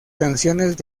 canciones